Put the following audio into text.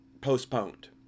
postponed